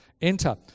enter